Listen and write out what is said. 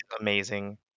amazing